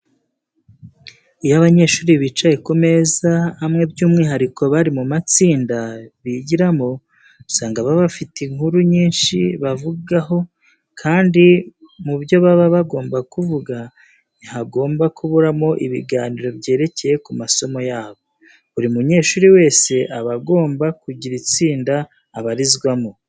Iyo abanyeshuri bicaye ku meza amwe by'umwihariko bari mu matsinda bigiramo usanga baba bafite inkuru nyinshi bavugaho kandi mu byo baba bagomba kuvuga, ntihagomba kuburamo ibiganiro byerekeye ku masomo yabo. Buri munyeshuri wese aba agomba kugira itsinda abarizwamo.